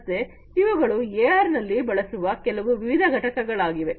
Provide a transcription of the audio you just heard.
ಮತ್ತೆ ಇವುಗಳು ಎಆರ್ ನಲ್ಲಿ ಬಳಸುವ ಕೆಲವು ವಿವಿಧ ಘಟಕಗಳಾಗಿವೆ